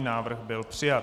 Návrh byl přijat.